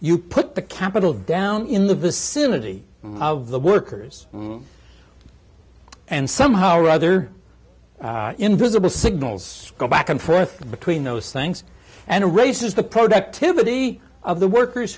you put the capital down in the vicinity of the workers and somehow rather invisible signals go back and forth between those things and raises the productivity of the workers